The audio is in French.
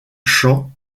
chant